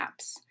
apps